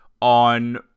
on